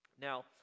Now